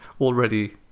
already